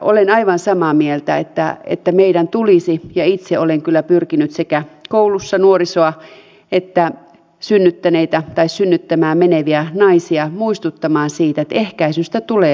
olen aivan samaa mieltä että meidän tulisi ja itse olen kyllä pyrkinyt sekä koulussa nuorisoa että synnyttäneitä tai synnyttämään meneviä naisia muistuttaa siitä että ehkäisystä tulee huolehtia